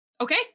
okay